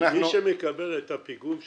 מי שמקבל את הפיגום שלכם,